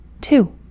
two